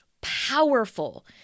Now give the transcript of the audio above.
powerful